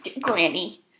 Granny